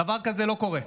דבר כזה לא קורה.